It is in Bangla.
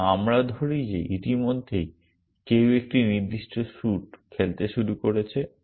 এবং আমরা ধরি যে ইতিমধ্যেই কেউ একটি নির্দিষ্ট স্যুট খেলতে শুরু করেছে